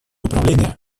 управления